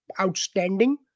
Outstanding